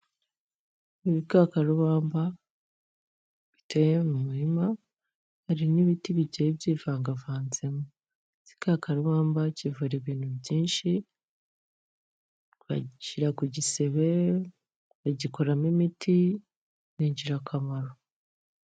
Ibikakarubamba biteye mu murima hari n'ibiti bigiye byivangavanzemo. Igikakarubamba kivura ibintu byinshi, bagishyira ku gisebe, bagikoramo imiti ni ingirakamaro.